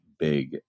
Big